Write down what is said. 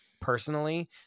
personally